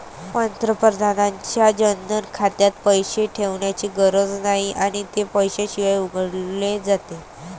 पंतप्रधानांच्या जनधन खात्यात पैसे ठेवण्याची गरज नाही आणि ते पैशाशिवाय उघडले जाते